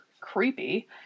creepy